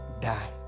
die